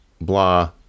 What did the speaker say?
blah